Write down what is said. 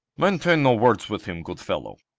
maintain no words with him, good fellow.